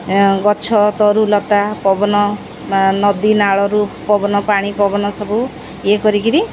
ଗଛ ତରୁଲତା ପବନ ନଦୀ ନାଳରୁ ପବନ ପାଣି ପବନ ସବୁ ଇଏ କରିକରି